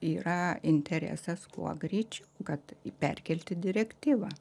yra interesas kuo greičiau kad į perkelti direktyvą